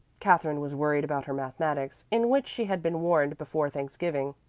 katherine was worried about her mathematics, in which she had been warned before thanksgiving,